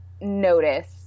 notice